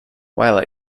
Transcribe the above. while